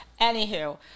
anywho